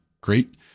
great